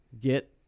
get